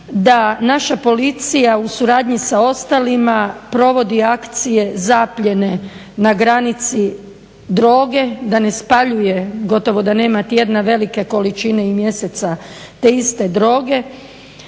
da naša policija u suradnji sa ostalima provodi akcije zapljene na granici droge, da ne spaljuje gotovo, da nema tjedna, velike količine, i mjeseca te iste droge.